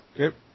Okay